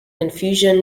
confusion